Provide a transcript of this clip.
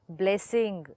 blessing